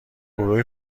گروه